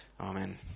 Amen